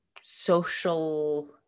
social